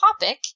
topic